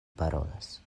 parolas